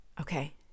Okay